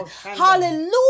Hallelujah